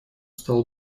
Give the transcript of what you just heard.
стало